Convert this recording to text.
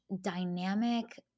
dynamic